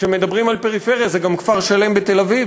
כשמדברים על פריפריה זה גם כפר-שלם בתל-אביב,